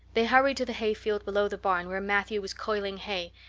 they hurried to the hayfield below the barn where matthew was coiling hay,